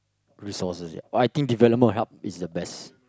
resources yeah oh I think development will help it's the best